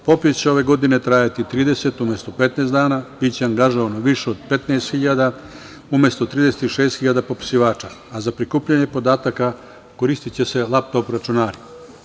Popis će ove godine trajati 30 umesto 15 dana i biće angažovano više od 15 hiljada umesto 36 hiljada popisivača, a za prikupljanje podataka koristiće se lap top računari.